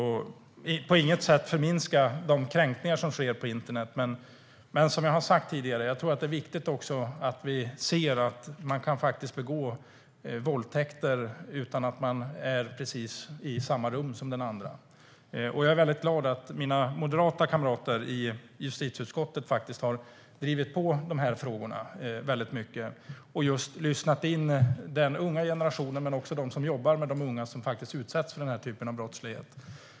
Jag vill på intet sätt förminska de kränkningar som sker på internet, men som jag sagt tidigare är det viktigt att vi inser att man faktiskt kan begå våldtäkt utan att vara i samma rum som den andra. Jag är glad att mina moderata kamrater i justitieutskottet har drivit dessa frågor hårt och lyssnat både på den unga generationen och på dem som jobbar med unga som utsätts för den här typen av brott.